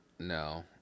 No